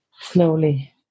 slowly